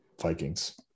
Vikings